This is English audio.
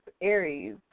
Aries